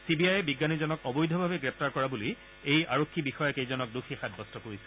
C B আইয়ে বিজ্ঞানীজনক অবৈধভাৱে গ্ৰেপ্তাৰ কৰা বুলি এই আৰক্ষী বিষয়াকেইজনক দোষী সাব্যস্ত কৰিছিল